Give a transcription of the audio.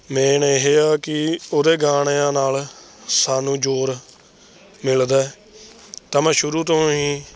main ਇਹ ਆ ਕਿ ਉਹਦੇ ਗਾਣਿਆਂ ਨਾਲ ਸਾਨੂੰ ਜ਼ੋਰ ਮਿਲਦਾ ਹੈ ਤਾਂ ਮੈਂ ਸ਼ੁਰੂ ਤੋਂ ਹੀ